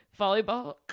Volleyball